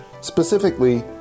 Specifically